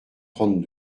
trente